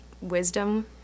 wisdom